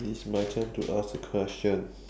it's my turn to ask a question